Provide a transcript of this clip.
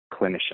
clinician